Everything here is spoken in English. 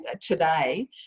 today